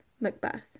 Macbeth